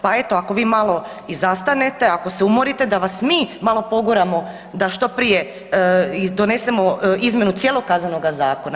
Pa eto ako vi malo i zastanete, ako se umorite, da vas mi malo poguramo da što prije donesemo izmjenu cijelog KZ-a.